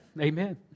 Amen